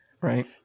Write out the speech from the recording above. Right